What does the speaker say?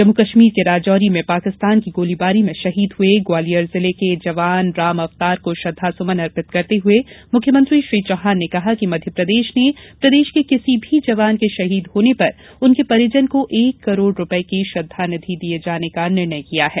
जम्मू कश्मीर के राजौरी में पाकिस्तान की गोलीबारी में शहीद हुए ग्वालियर जिले के जवान राम अवतार को श्रद्धासुमन अर्पित करते हुए मुख्यमंत्री श्री चौहान ने कहा कि मध्यप्रदेश ने प्रदेश के किसी भी जवान के शहीद होने पर उनके परिजन को एक करोड रुपए की श्रद्धानिधि दिए जाने का निर्णय किया है